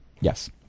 Yes